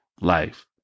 life